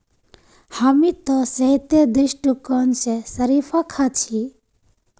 हामी त सेहतेर दृष्टिकोण स शरीफा खा छि